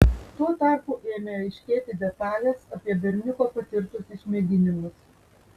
tuo tarpu ėmė aiškėti detalės apie berniuko patirtus išmėginimus